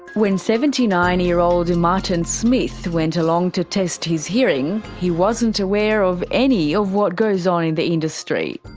when seventy nine year old martin smith went along to test his hearing, he wasn't aware of any of what goes on in the industry.